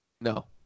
No